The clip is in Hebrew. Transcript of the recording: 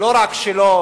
לא רק שלא